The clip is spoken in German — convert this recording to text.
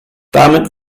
damit